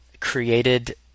Created